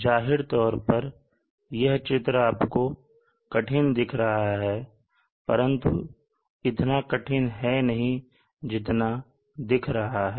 जाहिर तौर पर यह चित्र आपको कठिन दिख रहा है परंतु इतना कठिन है नहीं जितना दिख रहा है